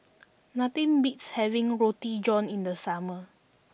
nothing beats having Roti John in the summer